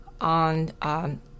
on